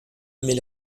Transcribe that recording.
mais